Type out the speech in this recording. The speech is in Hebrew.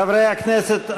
חברי הכנסת,